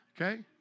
Okay